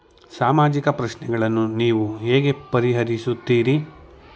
ಸಾಮಾಜಿಕ ಪ್ರಶ್ನೆಗಳನ್ನು ನೀವು ಹೇಗೆ ಪರಿಹರಿಸುತ್ತೀರಿ?